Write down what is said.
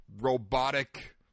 robotic